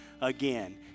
again